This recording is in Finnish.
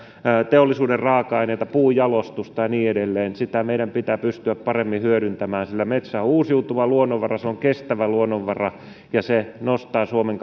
teollisuuden raaka aineita puunjalostusta ja niin edelleen meidän pitää pystyä paremmin hyödyntämään sillä metsä on uusiutuva luonnonvara se on kestävä luonnonvara ja se nostaa suomen